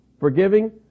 forgiving